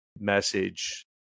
Message